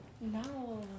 no